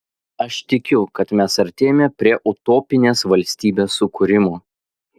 aš tikiu kad mes artėjame prie utopinės valstybės sukūrimo